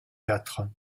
quatre